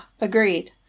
agreed